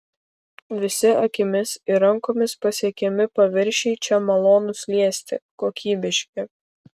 visi akimis ir rankomis pasiekiami paviršiai čia malonūs liesti kokybiški